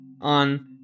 on